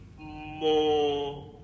more